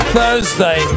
Thursday